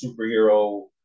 superhero